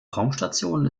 raumstation